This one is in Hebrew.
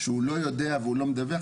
שהוא לא יודע והוא לא מדווח,